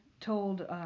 told